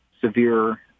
severe